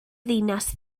ddinas